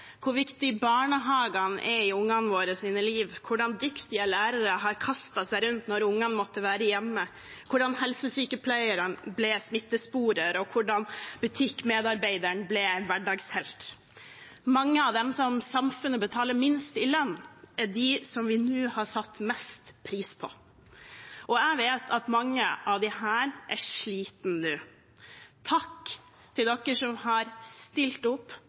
hvor viktig barnehagene er i våre barns liv, hvordan dyktige lærere har kastet seg rundt når barna måtte være hjemme, hvordan helsesykepleierne ble smittesporere, og hvordan butikkmedarbeideren ble en hverdagshelt. Mange av dem som samfunnet betaler minst i lønn, er dem vi nå har satt mest pris på. Og jeg vet at mange av disse er slitne nå. Takk til dem som har stilt opp